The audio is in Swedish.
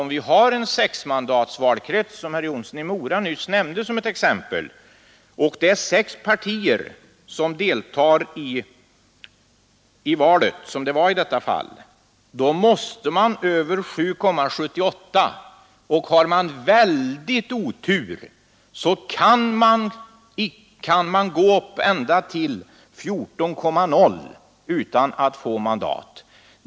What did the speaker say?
Om vi t.ex. har en sexmandatsvalkrets, som herr Jonsson i Mora nyss tog som exempel, och om sex partier deltar i valet, så måste man komma över 7,78 procent för att få ett mandat — och om man har väldigt stor otur kan man nå upp till 14,0 utan att få något mandat.